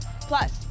Plus